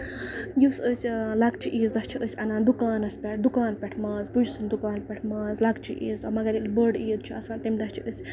یُس أسۍ لۄکٔچہِ عیٖز دۄہ چھِ أسۍ اَنان دُکانَس پٮ۪ٹھ دُکان پٮ۪ٹھ ماز پُجۍ سٕندۍ دُکان پٮ۪ٹھ ماز لۄکٔچہِ عیٖز دۄہ مَگر ییٚلہِ بٔڑ عید چھےٚ آسان تَمہِ دۄہ چھِ أسۍ